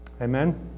Amen